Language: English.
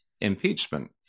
impeachment